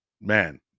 man